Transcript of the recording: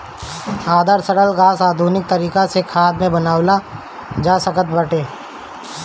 आधा सड़ल घास के आधुनिक तरीका से खाद बनावल जा सकत बाटे